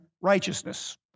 righteousness